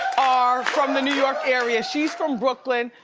are from the new york area. she's from brooklyn,